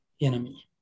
enemy